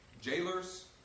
Jailers